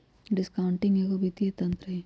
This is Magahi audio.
डिस्काउंटिंग एगो वित्तीय तंत्र हइ